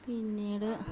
പിന്നീട്